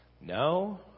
No